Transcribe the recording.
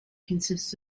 consists